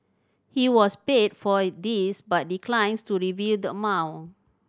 he was paid for this but declines to reveal the amount